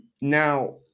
Now